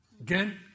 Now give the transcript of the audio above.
Again